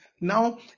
now